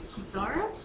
Zara